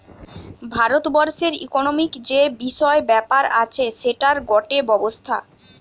ভারত বর্ষের ইকোনোমিক্ যে বিষয় ব্যাপার আছে সেটার গটে ব্যবস্থা